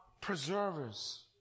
preservers